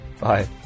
Bye